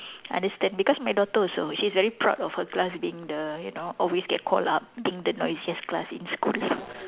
understand because my daughter also she's very proud of her class being the you know always get called up being the noisiest class in school